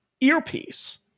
earpiece